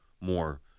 more